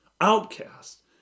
outcast